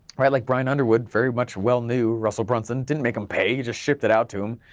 right like brian underwood very much well knew russell brunson, didn't make him pay, he just shipped it out to him,